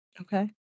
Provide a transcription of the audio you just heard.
Okay